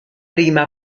prima